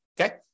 okay